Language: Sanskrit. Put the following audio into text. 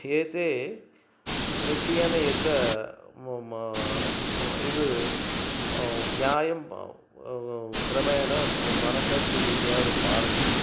एते निश्चयेन एकं म म इद् न्यायं क्रमेण म म मनषच्छिति इत्येकं पालनीयम्